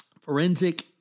Forensic